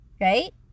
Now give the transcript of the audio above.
right